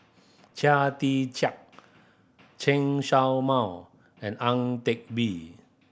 Chia Tee Chiak Chen Show Mao and Ang Teck Bee